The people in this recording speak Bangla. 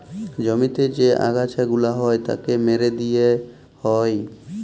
জমিতে যে আগাছা গুলা হ্যয় তাকে মেরে দিয়ে হ্য়য়